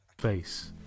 face